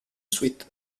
suite